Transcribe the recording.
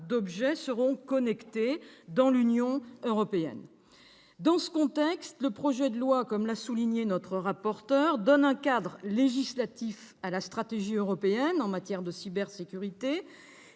d'objets seront connectés dans l'UE. Dans ce contexte, le projet de loi, comme l'a souligné notre rapporteur, donne un cadre législatif à la stratégie européenne en matière de cybersécurité